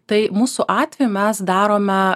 tai mūsų atveju mes darome